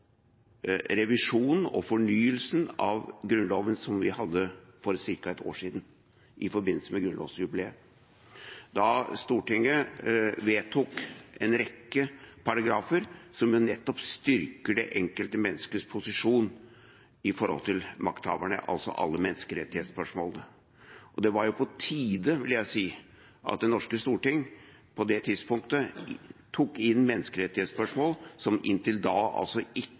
revisjonen og fornyelsen av Grunnloven som vi hadde for ca. et år siden i forbindelse med grunnlovsjubileet, da Stortinget vedtok en rekke paragrafer som nettopp styrker det enkelte menneskets posisjon i forhold til makthaverne, altså alle menneskerettighetsspørsmålene. Det var på tide, vil jeg si, at Det norske storting på det tidspunktet tok inn menneskerettighetsspørsmål som inntil da ikke